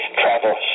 travel